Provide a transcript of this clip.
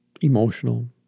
emotional